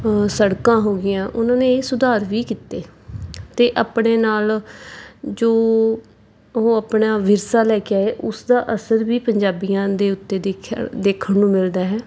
ਸੜਕਾਂ ਹੋ ਗਈਆਂ ਉਹਨਾਂ ਨੇ ਇਹ ਸੁਧਾਰ ਵੀ ਕੀਤੇ ਅਤੇ ਆਪਣੇ ਨਾਲ ਜੋ ਉਹ ਆਪਣਾ ਵਿਰਸਾ ਲੈ ਕੇ ਆਏ ਉਸ ਦਾ ਅਸਰ ਵੀ ਪੰਜਾਬੀਆਂ ਦੇ ਉੱਤੇ ਦੇਖਿਆ ਦੇਖਣ ਨੂੰ ਮਿਲਦਾ ਹੈ